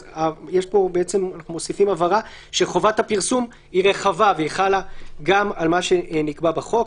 אז מוסיפים הבהרה שחובת הפרסום היא רחבה והיא חלה גם על מה שנקבע בחוק.